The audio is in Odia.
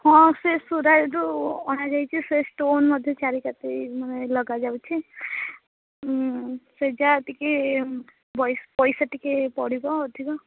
ହଁ ସେ ସୁରାଟରୁ ଅଣାଯାଇଛି ସେ ଷ୍ଟୋନ୍ ମଧ୍ୟ ଚାରି କାତି ମାନେ ଲଗାଯାଉଛି ସେ ଯାହା ଟିକିଏ ପଇସା ପଇସା ଟିକିଏ ପଡ଼ିବ ଅଧିକ